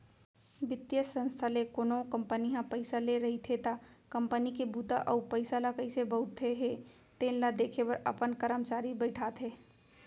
बित्तीय संस्था ले कोनो कंपनी ह पइसा ले रहिथे त कंपनी के बूता अउ पइसा ल कइसे बउरत हे तेन ल देखे बर अपन करमचारी बइठाथे